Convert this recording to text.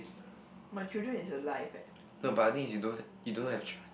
no but the thing is you don't you don't have children